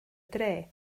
dre